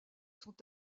sont